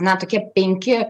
na tokie penki